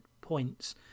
points